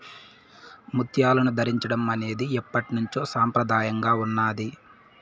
ముత్యాలను ధరించడం అనేది ఎప్పట్నుంచో సంప్రదాయంగా ఉన్నాది